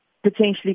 potentially